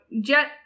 Jet